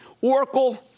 Oracle